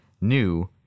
new